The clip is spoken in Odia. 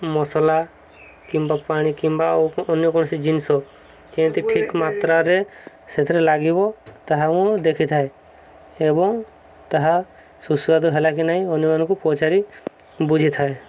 ମସଲା କିମ୍ବା ପାଣି କିମ୍ବା ଆଉ ଅନ୍ୟ କୌଣସି ଜିନିଷ କେମିତି ଠିକ ମାତ୍ରାରେ ସେଥିରେ ଲାଗିବ ତାହା ମୁଁ ଦେଖିଥାଏ ଏବଂ ତାହା ସୁସ୍ୱାଦୁ ହେଲା କିି ନାହିଁ ଅନ୍ୟମାନଙ୍କୁ ପଚାରି ବୁଝିଥାଏ